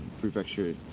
prefecture